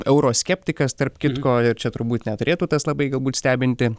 euroskeptikas tarp kitko ir čia turbūt neturėtų tas labai galbūt stebinti